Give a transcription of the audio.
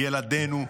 ילדינו,